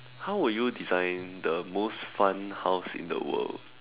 how would you design the most fun house in the world